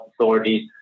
authorities